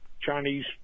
Chinese